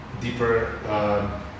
deeper